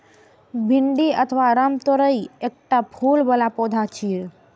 भिंडी अथवा रामतोरइ एकटा फूल बला पौधा छियै